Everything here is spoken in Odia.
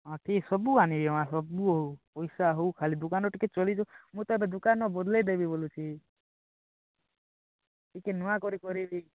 ହଁ ଠିକ ସବୁ ଆନିବି ମା' ସବୁ ପଇସା ହଉ ଖାଲି ଦୁକାନ ଟିକେ ଚାଲିଯାଉ ମୁଁ ତାର ଦୁକାନ ବଦଲେଇ ଦେବି ବୋଲୁଛି ଟିକେ ନୂଆକରି କରିବି